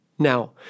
Now